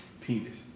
Penis